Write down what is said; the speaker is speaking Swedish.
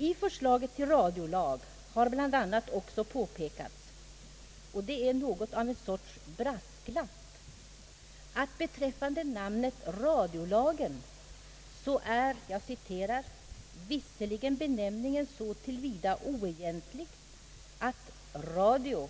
I förslaget till radiolag har bl.a. också påpekats — och det är en sorts brasklapp — att beträffande namnet Radiolagen är visserligen benämningen så till vida oegentlig som »radio»